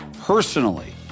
personally